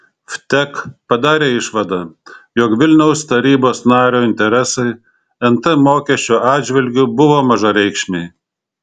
vtek padarė išvadą jog vilniaus tarybos nario interesai nt mokesčio atžvilgiu buvo mažareikšmiai